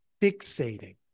fixating